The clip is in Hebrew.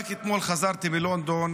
רק אתמול חזרתי מלונדון